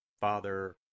Father